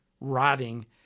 rotting